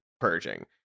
purging